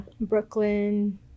Brooklyn